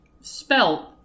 spelt